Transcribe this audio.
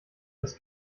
das